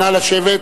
נא לשבת.